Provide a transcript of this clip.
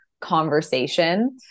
conversation